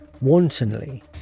wantonly